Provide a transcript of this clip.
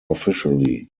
officially